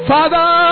Father